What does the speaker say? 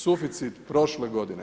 Suficit prošle godine.